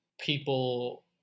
People